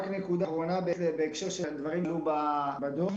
הטכנולוגיה החליטה בשבילנו לגבי הנקודה